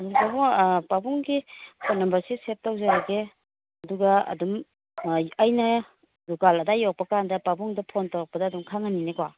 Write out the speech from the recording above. ꯎꯝ ꯄꯥꯕꯨꯡ ꯄꯥꯕꯨꯡꯒꯤ ꯐꯣꯟ ꯅꯝꯕꯔꯁꯤ ꯁꯦꯕ ꯇꯧꯖꯔꯒꯦ ꯑꯗꯨꯒ ꯑꯗꯨꯝ ꯑꯩꯅ ꯗꯨꯀꯥꯟ ꯑꯗꯥꯏ ꯌꯧꯔꯛꯄ ꯀꯥꯟꯗ ꯄꯥꯕꯨꯡꯗ ꯐꯣꯟ ꯇꯧꯔꯛꯄꯗ ꯑꯗꯨꯝ ꯈꯪꯉꯅꯤꯅꯦꯀꯣ